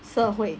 社会